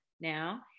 now